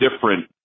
different